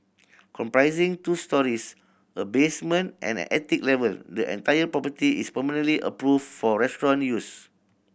comprising two storeys a basement and an attic level the entire property is permanently approved for restaurant use